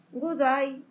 Goodbye